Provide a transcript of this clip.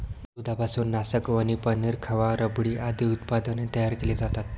दुधापासून नासकवणी, पनीर, खवा, रबडी आदी उत्पादने तयार केली जातात